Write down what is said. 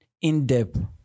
in-depth